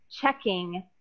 checking